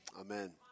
Amen